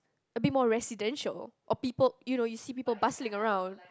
a bit more residential or people you know you see people bustling around